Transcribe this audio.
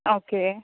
okay